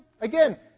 Again